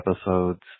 episodes